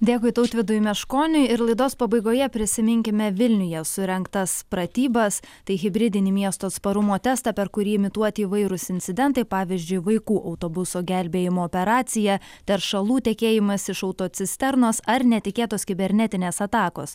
dėkui tautvydui meškoniui ir laidos pabaigoje prisiminkime vilniuje surengtas pratybas tai hibridinį miesto atsparumo testą per kurį imituoti įvairūs incidentai pavyzdžiui vaikų autobuso gelbėjimo operacija teršalų tekėjimas iš autocisternos ar netikėtos kibernetinės atakos